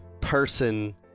person